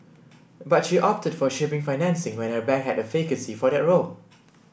but she opted for shipping financing when her bank had a vacancy for that role